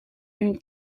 une